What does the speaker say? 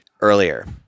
earlier